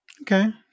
Okay